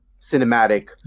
cinematic